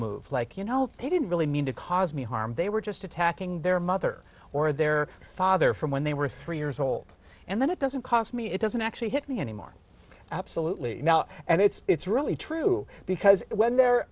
move like you know they didn't really mean to cause me harm they were just attacking their mother or their father from when they were three years old and then it doesn't cost me it doesn't actually hit me anymore absolutely now and it's really true because when they're